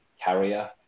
carrier